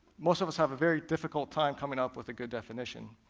most of us have a very difficult time coming up with a good definition.